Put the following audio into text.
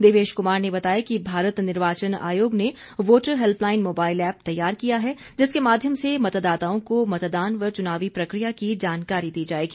देवेश कुमार ने बताया कि भारत निर्वाचन आयोग ने वोटर हेल्पलाइन मोबाइल ऐप तैयार किया है जिसके माध्यम से मतदाताओं को मतदान व चुनावी प्रक्रिया की जानकारी दी जाएगी